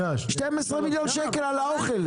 12 מיליון שקלים על האוכל.